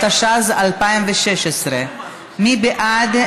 התשע"ז 2016. מי בעד?